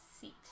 seat